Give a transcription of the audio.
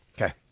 Okay